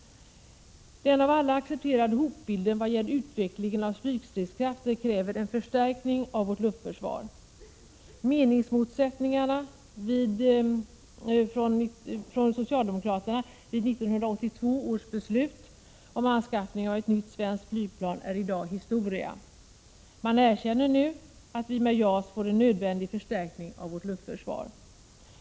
Den av alla accepterade hotbilden vad gäller utvecklingen av flygstridskrafter kräver en förstärkning av vårt luftförsvar. Meningsmotsättningarna med socialdemokraterna vid 1982 års beslut om anskaffning av ett nytt svenskt flygplan är i dag historia. Man erkänner nu att vi med JAS får en nödvändig förstärkning av vårt luftförsvar.